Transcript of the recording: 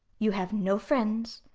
you have no friends.